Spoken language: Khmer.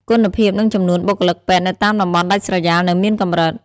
គុណភាពនិងចំនួនបុគ្គលិកពេទ្យនៅតាមតំបន់ដាច់ស្រយាលនៅមានកម្រិត។